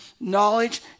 knowledge